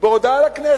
בהודעה לכנסת.